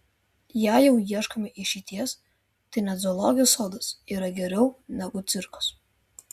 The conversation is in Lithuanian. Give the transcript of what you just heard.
jei jau ieškome išeities tai net zoologijos sodas yra geriau negu cirkas